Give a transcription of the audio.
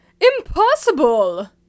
Impossible